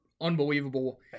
unbelievable